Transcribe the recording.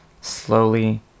slowly